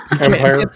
Empire